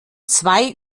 zwei